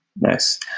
Nice